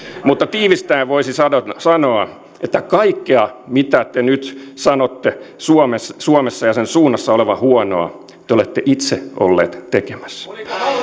mutta tiivistäen voisi sanoa sanoa että kaikkea minkä te nyt sanotte suomessa suomessa ja sen suunnassa olevan huonoa te olette itse olleet tekemässä